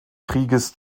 krieges